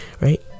right